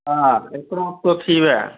हा हिकिड़ो हफ़्तो थी वियो आहे